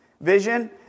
vision